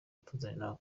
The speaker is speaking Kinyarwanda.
batuzanira